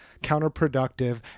counterproductive